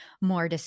more